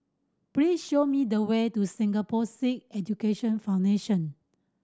please show me the way to Singapore Sikh Education Foundation